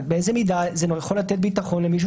באיזה מידה זה יכול לתת ביטחון למישהו